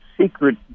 secret